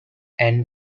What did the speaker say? and